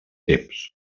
temps